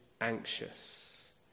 anxious